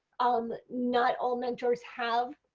ah um not all mentors have